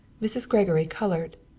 mrs. gregory colored.